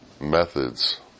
methods